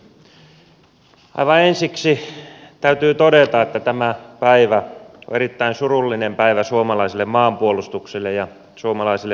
aivan ensiksi täytyy todeta että tämä päivä on erittäin surullinen päivä suomalaiselle maanpuolustukselle ja suomalaiselle lähidemokratialle